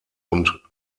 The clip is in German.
und